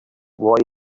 what